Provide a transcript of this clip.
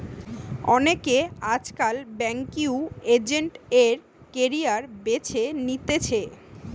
অনেকে আজকাল banking agent এর ক্যারিয়ার বেছে নিতেছে